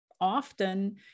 often